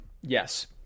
yes